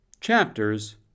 Chapters